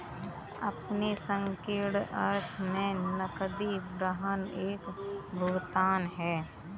अपने संकीर्ण अर्थ में नकदी प्रवाह एक भुगतान है